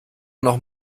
noch